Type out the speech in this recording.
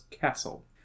castle